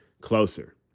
closer